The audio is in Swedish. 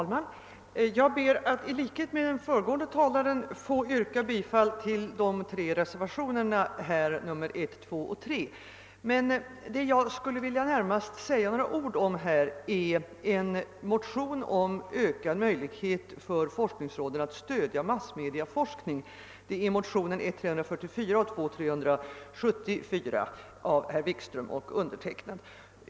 Herr talman! Jag ber att i likhet med den föregående ärade talaren få yrka bifall till reservationerna 1, 2 och 3. Vad jag här närmast vill säga några ord om är de likalydande motionerna 1:344 och I1:374, väckta av herr Wikström och mig, rörande ökade möjligheter för forskningsrådet att stödja massmediaforskning.